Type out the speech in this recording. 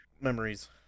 memories